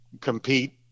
compete